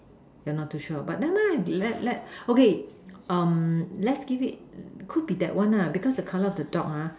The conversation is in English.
you're not too sure but never mind let let okay let's give it could be that one lah because the color of the dog